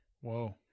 Whoa